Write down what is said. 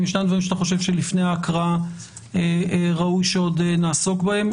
האם ישנם דברים שאתה חושב שלפני ההקראה ראוי שעוד נעסוק בהם?